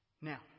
Now